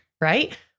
right